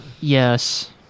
Yes